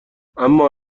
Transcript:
اما